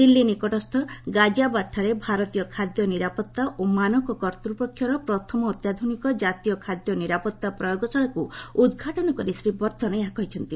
ଦିଲ୍ଲୀ ନିକଟସ୍କୁ ଗାଜିଆବାଦଠାରେ ଭାରତୀୟ ଖାଦ୍ୟ ନିରାପତ୍ତା ଓ ମାନକ କର୍ତ୍ତପକ୍ଷର ପ୍ରଥମ ଅତ୍ୟାଧ୍ରନିକ ଜାତୀୟ ଖାଦ୍ୟ ନିରାପତ୍ତା ପ୍ରୟୋଗଶାଳାକୁ ଉଦ୍ଘାଟନ କରି ଶ୍ରୀ ବର୍ଦ୍ଧନ ଏହା କହିଛନ୍ତି